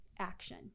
action